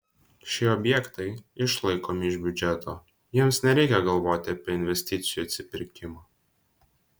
šie objektai išlaikomi iš biudžeto jiems nereikia galvoti apie investicijų atsipirkimą